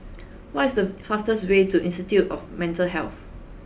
what is the fastest way to Institute of Mental Health